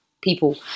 people